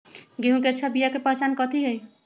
गेंहू के अच्छा बिया के पहचान कथि हई?